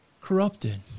corrupted